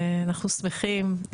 אנחנו שמחים.